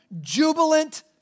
jubilant